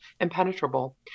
impenetrable